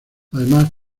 además